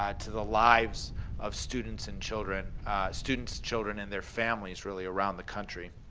ah to the lives of students and children students, children and their families, really, around the country.